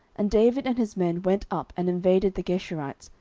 and david and his men went up, and invaded the geshurites,